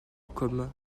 comme